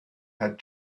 had